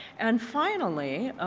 and finally,